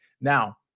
Now